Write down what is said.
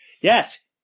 Yes